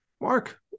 Mark